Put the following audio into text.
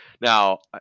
now